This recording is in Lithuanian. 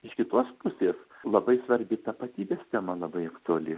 iš kitos pusės labai svarbi tapatybės tema labai aktuali